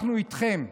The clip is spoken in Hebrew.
אנחנו איתכם.